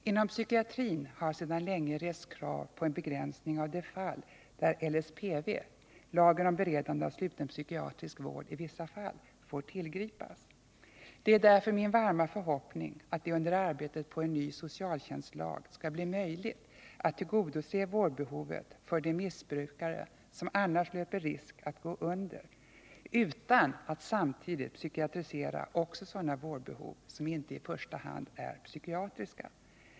Inom psykiatrin har sedan länge rests krav på en begränsning av de fall där LSPV, lagen om beredande av sluten psykiatrisk vård i vissa fall, får tillgripas. Det är därför min varma förhoppning att det under arbetet på en ny socialtjänstlag skall bli möjligt att tillgodose vårdbehoven för missbrukare som annars löper risk att gå under utan att samtidigt psykiatrisera också sådana vårdbehov som inte i första hand är psykiatriska.